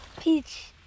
Peach